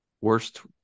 Worst